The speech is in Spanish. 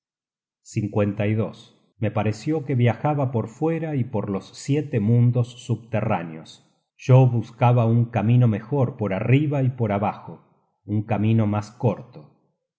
me pareció que viajaba por fuera y por los siete mundos subterráneos yo buscaba un camino mejor por arriba y por abajo un camino mas corto